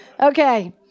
Okay